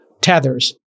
tethers